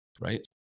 right